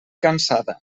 cansada